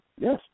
Yes